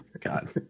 God